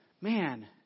Man